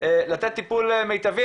לתת טיפול מיטבי.